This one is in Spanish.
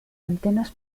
antenas